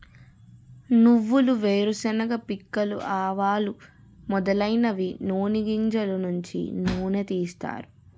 నువ్వులు వేరుశెనగ పిక్కలు ఆవాలు మొదలైనవి నూని గింజలు నుంచి నూనె తీస్తారు